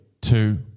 two